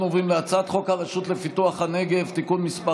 אנחנו עוברים להצעת חוק הרשות לפיתוח הנגב (תיקון מס'